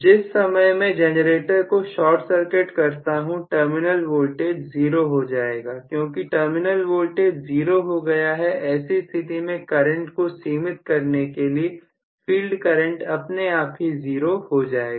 जिस समय मैं जनरेटर को शार्ट सर्किट करता हूं टर्मिनल वोल्टेज जीरो हो जाएगा क्योंकि टर्मिनल वोल्टेज ज़ीरो हो गया है ऐसी स्थिति में करंट को सीमित करने के लिए फील्ड करंट अपने आप ही 0 हो जाएगा